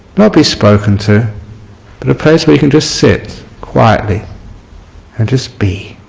not be spoken to but a place we can just sit quietly and just be.